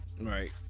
right